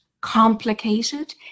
complicated